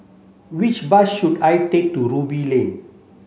which bus should I take to Ruby Lane